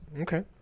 okay